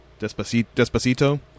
Despacito